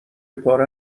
پاره